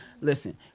Listen